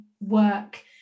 work